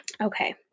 Okay